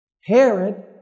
Herod